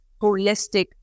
holistic